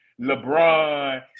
LeBron